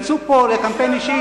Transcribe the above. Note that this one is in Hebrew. מי שיזם את הדיון,